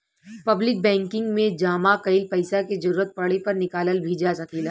public banking में जामा कईल पइसा के जरूरत पड़े पर निकालल भी जा सकेला